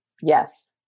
yes